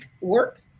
work